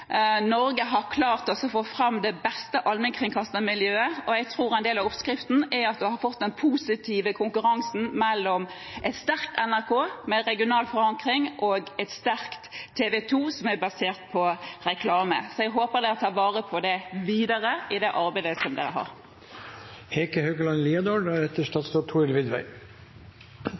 Norge har klart å få fram det beste allmennkringkastermiljøet. Jeg tror en del av oppskriften er at man har fått den positive konkurransen mellom et sterkt NRK med regional forankring og et sterkt TV 2 som er basert på reklame. Jeg håper man tar vare på det videre i det arbeidet som man har.